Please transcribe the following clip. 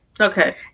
Okay